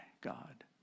God